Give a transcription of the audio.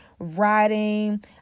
writing